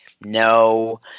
No